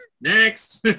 next